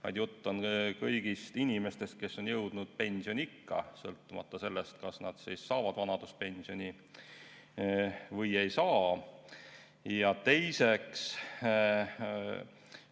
vaid jutt on kõigist inimestest, kes on jõudnud pensioniikka, sõltumata sellest, kas nad saavad vanaduspensioni või ei saa. Teiseks